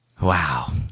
Wow